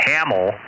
Hamill